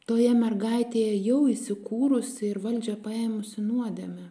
toje mergaitėje jau įsikūrusi ir valdžią paėmusi nuodėmė